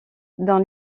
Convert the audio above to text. dans